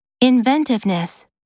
Inventiveness